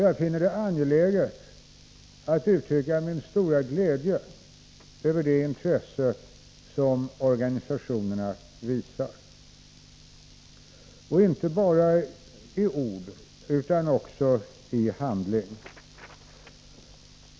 Jag finner det angeläget att uttrycka min stora glädje över det intresse som organisationerna visar — inte bara i ord utan också i handling.